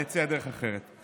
אני אציע דרך אחרת.